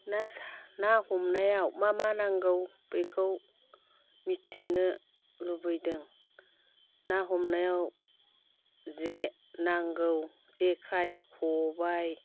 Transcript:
ना हमनायाव मा मा नांगौ बेखौ मिथिनो लुगैदों ना हमनायाव जे नांगौ जेखाइ खबाय